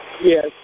Yes